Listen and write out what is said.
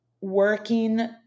working